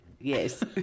Yes